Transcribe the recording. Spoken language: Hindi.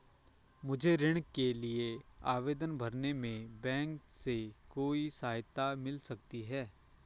मुझे ऋण के लिए आवेदन भरने में बैंक से कोई सहायता मिल सकती है?